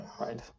Right